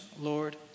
Lord